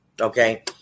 okay